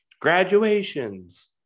graduations